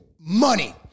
money